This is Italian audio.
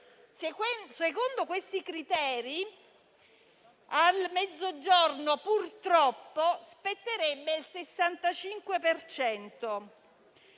Secondo questi criteri, al Mezzogiorno, purtroppo, spetterebbe il 65